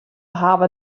hawwe